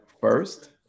first